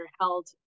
held